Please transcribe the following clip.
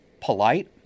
polite